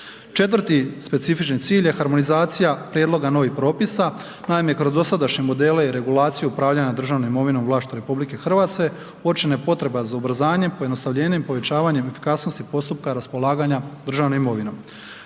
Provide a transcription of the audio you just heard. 4. specifični cilj je harmonizacija prijedloga novih propisa. Naime, kroz dosadašnje modele i regulaciju upravljanja državnom imovinom u vlasništvu RH uočena je potreba za ubrzanjem pojednostavljenjem, povećavanjem efikasnosti postupka raspolaganja državnom imovinom.